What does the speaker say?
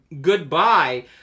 goodbye